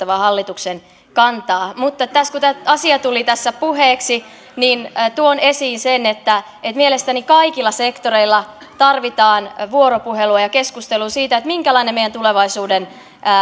vaan hallituksen kantaa mutta kun tämä asia tuli tässä puheeksi niin tuon esiin sen että mielestäni kaikilla sektoreilla tarvitaan vuoropuhelua ja keskustelua siitä minkälainen meidän tulevaisuuden